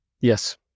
Yes